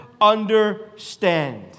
understand